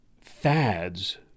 fads